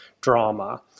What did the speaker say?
drama